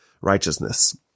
righteousness